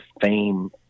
fame